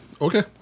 Okay